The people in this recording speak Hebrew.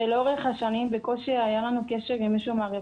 לאורך השנים בקושי היה לנו קשר עם מישהו מהרווחה.